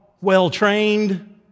well-trained